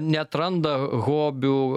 neatranda hobių